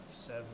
seven